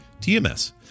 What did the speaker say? TMS